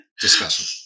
discussion